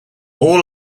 all